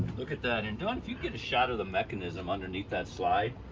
look at that, and dawn, if you'd get a shot of the mechanism underneath that slide.